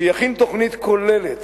להטיל עליו להכין תוכנית כוללת.